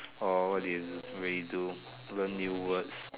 or what do you really do learn new words